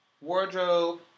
wardrobe